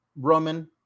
Roman